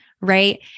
right